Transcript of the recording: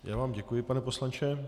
Já vám děkuji, pane poslanče.